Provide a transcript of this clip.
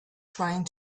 trying